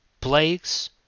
plagues